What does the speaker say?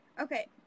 Okay